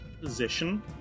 position